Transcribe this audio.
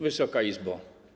Wysoka Izbo!